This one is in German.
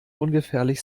ungefährlich